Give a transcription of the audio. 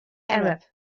arab